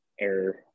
error